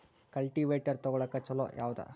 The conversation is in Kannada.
ಕಲ್ಟಿವೇಟರ್ ತೊಗೊಳಕ್ಕ ಛಲೋ ಯಾವದ?